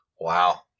Wow